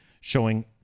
showing